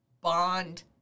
bond